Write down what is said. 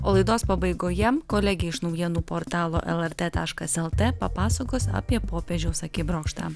o laidos pabaigoje kolegė iš naujienų portalo lrt taškas lt papasakos apie popiežiaus akibrokštą